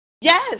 Yes